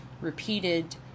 repeated